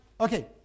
okay